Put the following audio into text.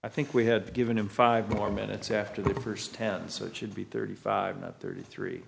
i think we had given him five more minutes after the first ten so it should be thirty five thirty three